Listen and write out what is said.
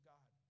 God